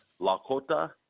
Lakota